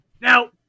Now